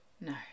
No